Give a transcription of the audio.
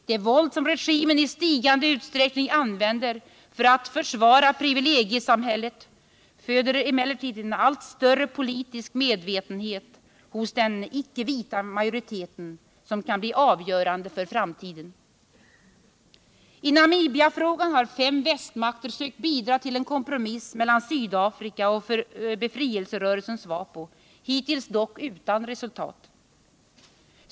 Det våld som regimen i stigande utsträckning använder för att försvara privilegiesamhället föder emellertid en allt större politisk medvetenhet hos den icke-vita majoriteten som kan bli avgörande för framtiden. I Namibiafrågan har fem västmakter sökt bidra till en kompromiss mellan Sydafrika och befrielserörelsen SWAPO, hittills dock utan resultat.